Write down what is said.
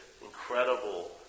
incredible